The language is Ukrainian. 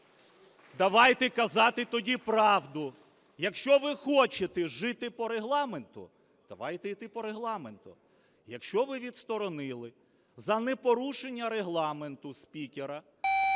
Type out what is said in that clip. Давайте казати тоді правду. Якщо ви хочете жити по Регламенту – давайте йти по Регламенту. Якщо ви відсторонили за непорушення Регламенту спікера,